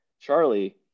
Charlie